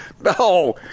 No